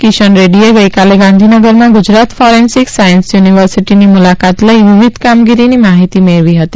કિશન રેડ્ડીએ ગઇકાલે ગાંધીનગરમાં ગુજરાત ફોરેન્સિક સાયન્સિસ યુનિવર્સિટીની મુલાકાત લઈ વિવિધ કામગીરીની માહિતી મેળવી હતી